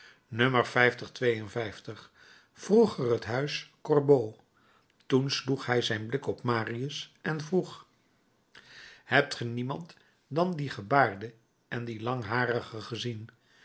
vroeger t huis gorbeau toen sloeg hij zijn blik op marius en vroeg hebt ge niemand dan dien gebaarde en dien langharige gezien